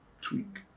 tweak